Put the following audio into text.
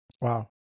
Wow